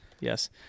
yes